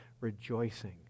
rejoicing